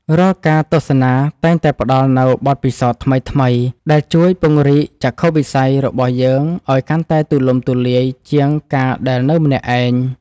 រាល់ការទស្សនាតែងតែផ្ដល់នូវបទពិសោធន៍ថ្មីៗដែលជួយពង្រីកចក្ខុវិស័យរបស់យើងឱ្យកាន់តែទូលំទូលាយជាងការដែលនៅម្នាក់ឯង។